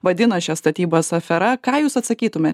vadina šias statybas afera ką jūs atsakytume